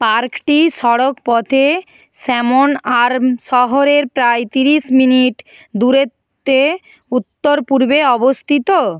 পার্কটি সড়ক পথে স্যামন আর্ম শহরের প্রায় তিরিশ মিনিট দূরত্বে উত্তর পূর্বে অবস্থিত